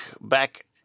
back